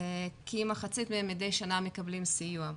כמחצית מהם מדי שנה מקבלים סיוע.